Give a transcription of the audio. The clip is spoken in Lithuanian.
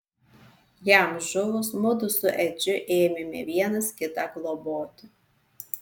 jam žuvus mudu su edžiu ėmėme vienas kitą globoti